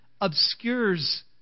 obscures